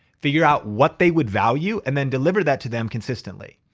figure out what they would value and then deliver that to them consistently.